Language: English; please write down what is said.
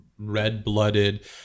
red-blooded